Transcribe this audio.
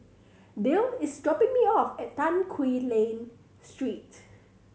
Dayle is dropping me off at Tan Quee Lan Street